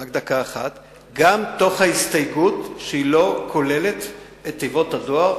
גם עם ההסתייגות שהיא לא כוללת את תיבות הדואר,